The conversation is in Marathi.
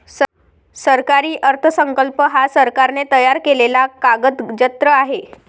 सरकारी अर्थसंकल्प हा सरकारने तयार केलेला कागदजत्र आहे